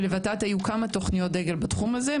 ולוות"ת היו כמה תוכניות דגל בתחום הזה,